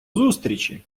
зустрічі